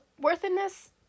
worthiness